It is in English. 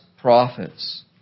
prophets